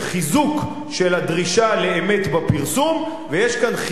יש כאן חיזוק של הדרישה לאמת בפרסום ויש כאן חיזוק